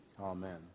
Amen